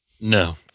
No